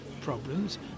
problems